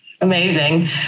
Amazing